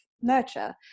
nurture